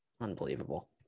Unbelievable